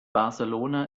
barcelona